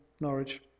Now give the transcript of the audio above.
Norwich